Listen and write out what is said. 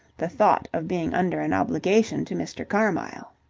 the thought of being under an obligation to mr. carmyle.